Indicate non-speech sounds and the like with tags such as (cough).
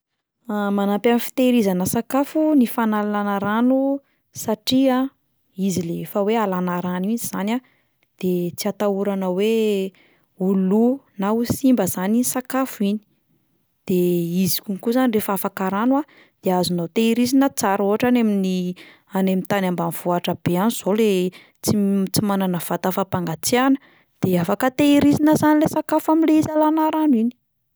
(hesitation) Manampy amin'ny fitehirizana sakafo ny fanalana rano satria izy le efa hoe alana rano iny zany a, de tsy atahorana hoe ho lo na ho simba zany iny sakafo iny, de izy konko zany rehefa afaka rano a de azonao tehirizina tsara, ohatra hoe any amin'ny- any amin'ny tany ambanivohitra be any izao le tsy m- tsy manana vata fampangatsiahana, de afaka tehirizina zany le sakafo amin'le izy alana rano iny.